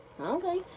Okay